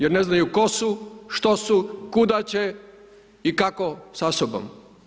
Jer ne znaju tko su, što su, kuda će i kako sa sobom.